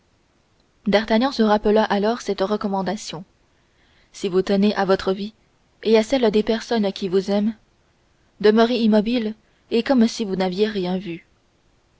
d'artagnan se rappela alors cette recommandation si vous tenez à votre vie et à celle des personnes qui vous aiment demeurez immobile et comme si vous n'aviez rien vu